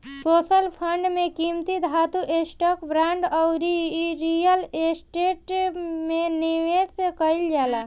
social fund में कीमती धातु, स्टॉक, बांड अउरी रियल स्टेट में निवेश कईल जाला